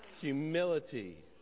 Humility